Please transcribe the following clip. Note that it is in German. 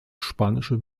spanische